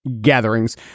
gatherings